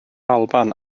alban